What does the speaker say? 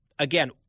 Again